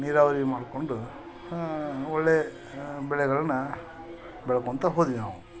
ನೀರಾವರಿ ಮಾಡಿಕೊಂಡು ಒಳ್ಳೆ ಬೆಳೆಗಳನ್ನ ಬೆಳ್ಕೋತ ಹೋದ್ವಿ ನಾವು